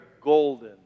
golden